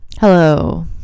hello